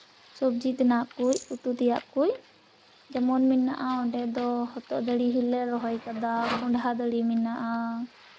ᱥᱚᱵᱽᱡᱤ ᱛᱮᱱᱟᱜ ᱠᱚ ᱩᱛᱩ ᱛᱮᱱᱟᱜ ᱠᱚ ᱡᱮᱢᱚᱱ ᱢᱮᱱᱟᱜᱼᱟ ᱚᱸᱰᱮ ᱫᱚ ᱦᱚᱛᱚᱫ ᱫᱟᱨᱮ ᱦᱚᱸᱞᱮ ᱨᱚᱦᱚᱭ ᱠᱟᱫᱟ ᱠᱚᱸᱰᱷᱟ ᱫᱟᱨᱮ ᱢᱮᱱᱟᱜᱼᱟ